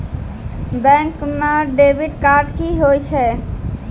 Bank म debit card की होय छै?